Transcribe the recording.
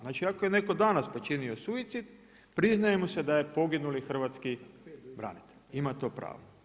Znači ako je netko danas počinio suicid priznaje mu se da je poginuli hrvatski branitelj, ima tu pravo.